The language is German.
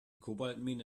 kobaltmine